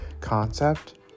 concept